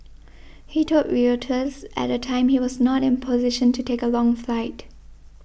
he told Reuters at the time he was not in a position to take a long flight